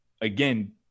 again